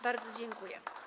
Bardzo dziękuję.